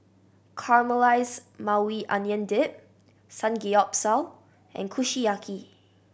Caramelized Maui Onion Dip Samgeyopsal and Kushiyaki